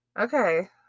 Okay